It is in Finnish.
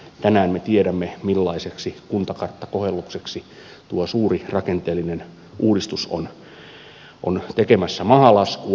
tänään me tiedämme millaiseksi kuntakarttakohellukseksi tuo suuri rakenteellinen uudistus on tekemässä mahalaskua